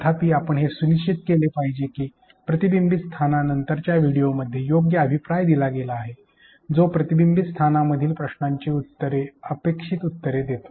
तथापि आपण हे सुनिश्चित केले पाहिजे की प्रतिबिंबीत स्थाना नंतरच्या व्हिडिओंमध्ये योग्य अभिप्राय दिला गेला आहे जो प्रतिबिंबीत स्थानांमधील प्रश्नांची सामान्य अपेक्षित उत्तरे देतो